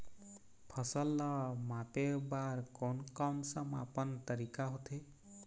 फसल ला मापे बार कोन कौन सा मापन तरीका होथे?